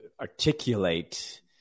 articulate